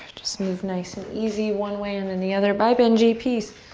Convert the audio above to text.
just move nice and easy one way and then the other. bye, benji, peace.